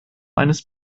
eines